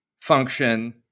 function